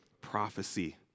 prophecy